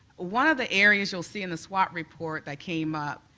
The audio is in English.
one of the areas you'll see in the swot report that came up,